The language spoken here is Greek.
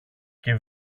και